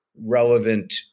relevant